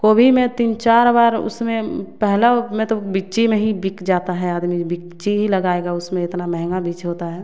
कोभी में तीन चार बार उसमें पहला में तो बीच में बिक जाता हैं आदमी बीच ही लगाएगा उसमें इतना महँगा बीज होता हैं